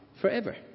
forever